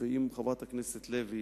ואם חברת הכנסת לוי